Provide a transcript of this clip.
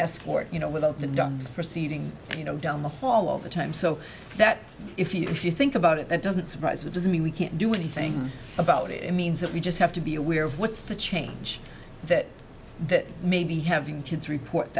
escort you know without the proceeding you know down the hall all the time so that if you if you think about it that doesn't surprise it doesn't mean we can't do anything about it means that we just have to be aware of what's the change that that may be having kids report